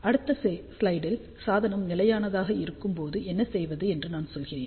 அடுத்த ஸ்லைடில் சாதனம் நிலையானதாக இருக்கும்போது என்ன செய்வது என்று நான் சொல்கிறேன்